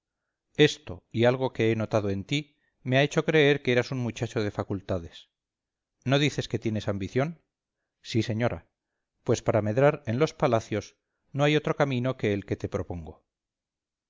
esto y algo que he notado en ti me ha hecho creer que eras un muchacho de facultades no dices que tienes ambición sí señora pues para medrar en los palacios no hay otro camino que el que te propongo